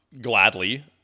gladly